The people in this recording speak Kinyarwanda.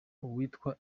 uwitwa